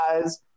guys